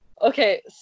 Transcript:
Okay